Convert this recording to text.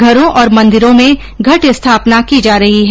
घरों और मंदिरों में घट स्थापना की जा रही है